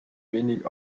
wenig